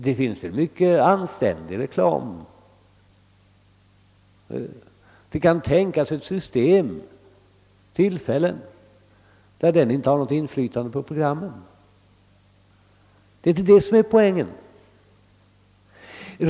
Det finns en mycket anständig reklam, och man kan tänka sig tillfällen då den inte har något inflytande på programmen. Men det är inte det som är poängen.